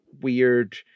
weird